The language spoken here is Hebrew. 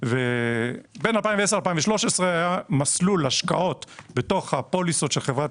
בין 2010 ל-2013 היה מסלול השקעות בתוך הפוליסות של חברת